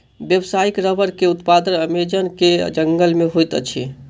व्यावसायिक रबड़ के उत्पादन अमेज़न के जंगल में होइत अछि